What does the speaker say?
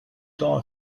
temps